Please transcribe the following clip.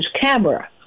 camera